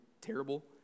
terrible